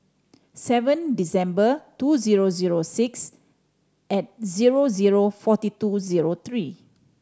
seven December two zero zero six at zero zero forty two zero three